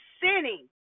sinning